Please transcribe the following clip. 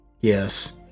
yes